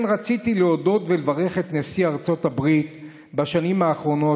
כן רציתי להודות ולברך את נשיא ארצות הברית בשנים האחרונות,